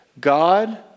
god